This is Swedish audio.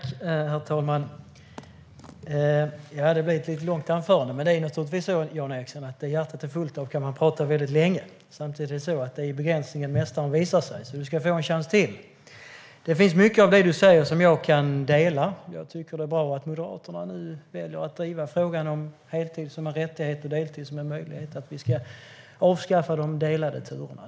Herr talman! Det blev ett långt anförande, men det är naturligtvis så, Jan Ericson, att det hjärtat är fullt av kan man prata om väldigt länge. Samtidigt är det i begränsningen mästaren visar sig, så du ska få en chans till. Mycket av det Jan Ericson säger kan jag instämma i. Jag tycker att det är bra att Moderaterna nu väljer att driva frågan om heltid som en rättighet och deltid som en möjlighet och att vi ska avskaffa de delade turerna.